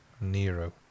Nero